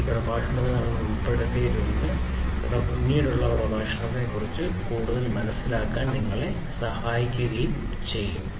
ഈ പ്രഭാഷണത്തിൽ നമ്മൾ ഉൾപ്പെടുത്തിയിട്ടുണ്ട് പിന്നീടുള്ള പ്രഭാഷണങ്ങളെക്കുറിച്ച് കൂടുതൽ മനസ്സിലാക്കാൻ സഹായിക്കും